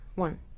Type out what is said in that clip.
One